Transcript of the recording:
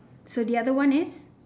so the other one is